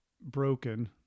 broken